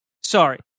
Sorry